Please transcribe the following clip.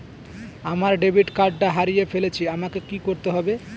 আমার ডেবিট কার্ডটা হারিয়ে ফেলেছি আমাকে কি করতে হবে?